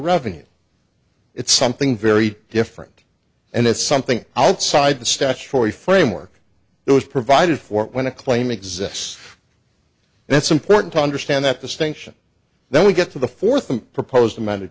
revenue it's something very different and it's something outside the statutory framework it was provided for when a claim exists and it's important to understand that distinction then we get to the fourth proposed am